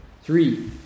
Three